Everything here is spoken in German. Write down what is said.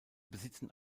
besitzen